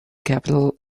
capital